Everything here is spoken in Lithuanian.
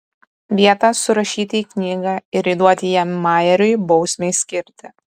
vietą surašyti į knygą ir įduoti ją majeriui bausmei skirti